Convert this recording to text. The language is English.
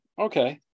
okay